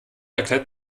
erklärt